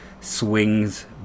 swings